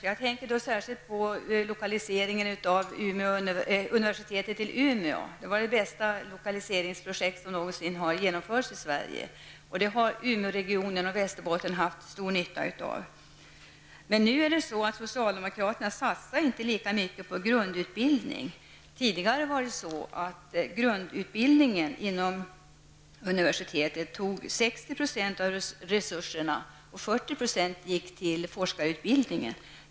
Jag tänker då särskilt på lokaliseringen av universitetet till Umeå. Det var det bästa lokaliseringsprojekt som någonsin har genomförts i Sverige. Det har Umeåregionen och Västerbotten haft stor nytta av. Men nu satsar inte socialdemokraterna lika mycket på grundutbildning. Tidigare tog grundutbildningen vid universitetet 60 % av resurserna. 40 % gick till forskarutbildning.